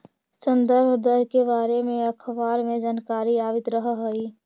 संदर्भ दर के बारे में अखबार में जानकारी आवित रह हइ